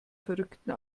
verrückten